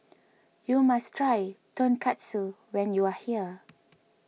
you must try Tonkatsu when you are here